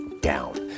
down